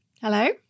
Hello